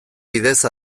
bidez